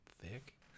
thick